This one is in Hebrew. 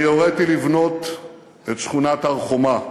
אני הוריתי לבנות את שכונת הר-חומה.